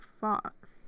Fox